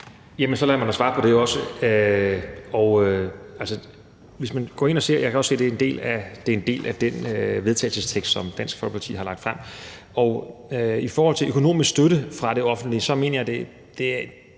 (Magnus Heunicke): Jeg kan se, at det er en del af den vedtagelsestekst, som Dansk Folkeparti har lagt frem. I forhold til økonomisk støtte fra det offentlige mener jeg, at det er